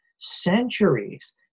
centuries